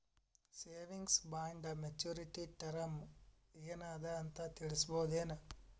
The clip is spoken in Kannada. ಸೇವಿಂಗ್ಸ್ ಬಾಂಡ ಮೆಚ್ಯೂರಿಟಿ ಟರಮ ಏನ ಅದ ಅಂತ ತಿಳಸಬಹುದೇನು?